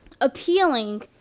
appealing